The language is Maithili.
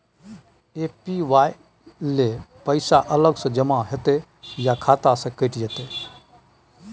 ए.पी.वाई ल पैसा अलग स जमा होतै या खाता स कैट जेतै?